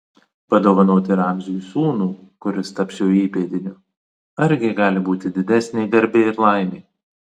padovanoti ramziui sūnų kuris taps jo įpėdiniu argi gali būti didesnė garbė ir laimė